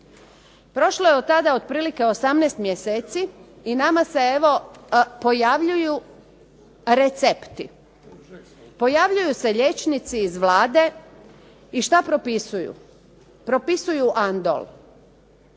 Prošlo je od tada otprilike 18 mjeseci i nama se evo pojavljuju recepti. Pojavljuju se liječnici iz Vlade. I šta propisuju? Propisuju Andol.